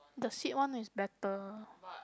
the sit one is better